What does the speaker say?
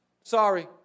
Sorry